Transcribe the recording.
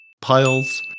piles